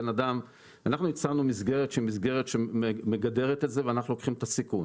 אנחנו הצענו מסגרת שהיא מסגרת שמגדרת את זה ואנחנו לוקחים את הסיכון.